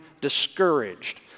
discouraged